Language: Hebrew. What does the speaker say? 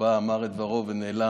הוא בא, אמר את דברו ונעלם.